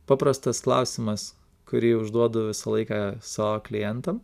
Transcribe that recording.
paprastas klausimas kurį užduodu visą laiką savo klientam